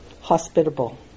hospitable